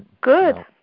Good